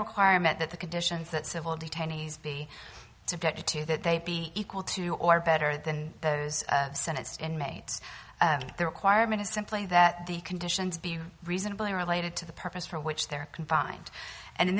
requirement that the conditions that civil detainees be subjected to that they be equal to or better than those sentenced inmates the requirement is simply that the conditions be reasonably related to the purpose for which they were confined and in